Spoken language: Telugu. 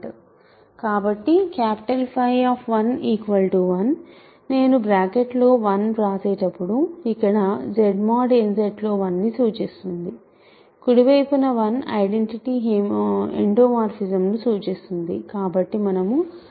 కాబట్టి𝚽 1 నేను బ్రాకెట్లో 1 వ్రాసేటప్పుడు ఇక్కడ Z mod nZ లో 1 ను సూచిస్తుంది కుడి వైపున 1 ఐడెంటిటి ఎండోమోర్ఫిజమ్ను సూచిస్తుంది కాబట్టి మనము దాన్ని పరిశీలిద్దాము